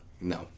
No